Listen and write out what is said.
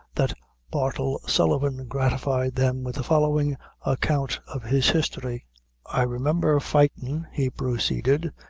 that bartle sullivan gratified them with the following account of his history i remimber fightin', he proceeded,